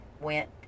went